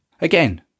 Again